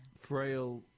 frail